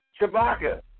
Chewbacca